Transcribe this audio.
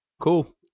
Cool